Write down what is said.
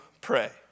pray